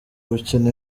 gukina